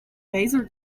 bezier